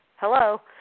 hello